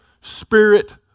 spirit